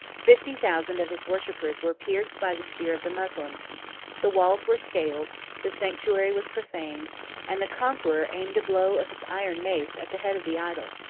fifty thousand of his worshippers were pierced by the spear of the moslems the walls were scaled the sanctuary was profaned and the conqueror aimed a blow of his iron mace at the head of the idol.